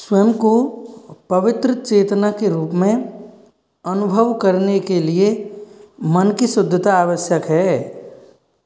स्वयं को पवित्र चेतना के रूप में अनुभव करने के लिए मन की शुद्धता आवश्यक है